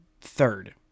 third